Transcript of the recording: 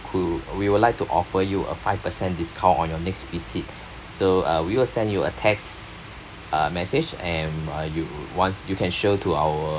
cou~ we would like to offer you a five percent discount on your next visit so uh we will send you a text uh message and um you once you can show to our